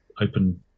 open